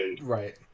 Right